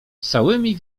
całymi